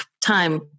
time